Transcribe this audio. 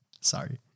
Sorry